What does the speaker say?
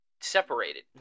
separated